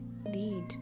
need